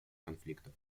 конфликтов